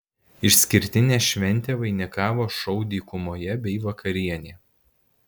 išskirtinę šventę vainikavo šou dykumoje bei vakarienė